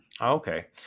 Okay